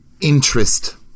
Interest